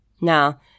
Now